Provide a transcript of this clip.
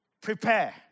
Prepare